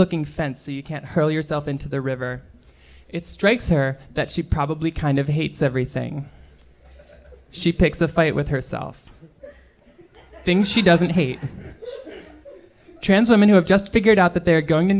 looking fence so you can't hurl yourself into the river it strikes her that she probably kind of hates everything she picks a fight with herself i think she doesn't hate trans women who have just figured out that they're going to